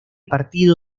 partido